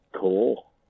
Cool